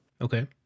Okay